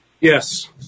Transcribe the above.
Yes